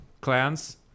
clans